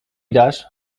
dasz